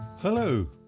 Hello